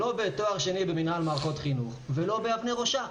לא בתואר שני במנהל מערכות חינוך, ולא באבני ראשה.